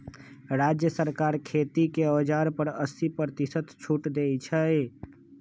राज्य सरकार खेती के औजार पर अस्सी परतिशत छुट देई छई